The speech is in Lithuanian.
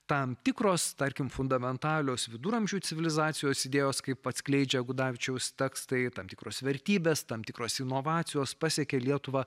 tam tikros tarkim fundamentalios viduramžių civilizacijos idėjos kaip atskleidžia gudavičiaus tekstai tam tikros vertybės tam tikros inovacijos pasiekė lietuvą